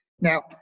Now